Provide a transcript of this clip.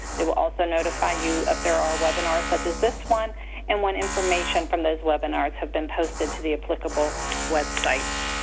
they will also notify you if there are webinars such as this one and when information from those webinars have been posted to the applicable websites.